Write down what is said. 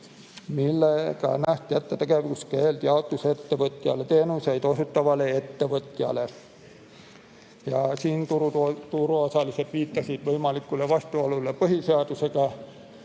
millega nähti ette tegevuskeeld jaotusettevõtjale teenuseid osutavale ettevõtjale. Turuosalised viitasid siin võimalikule vastuolule põhiseadusega.